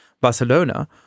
Barcelona